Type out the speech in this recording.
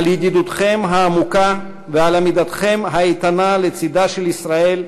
על ידידותכם העמוקה ועל עמידתכם האיתנה לצדה של ישראל,